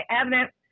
evidence